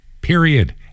period